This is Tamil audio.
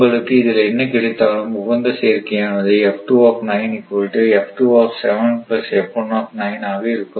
உங்களுக்கு இதில் என்ன கிடைத்தாலும் உகந்த சேர்க்கையானது ஆக இருக்கும்